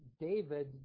David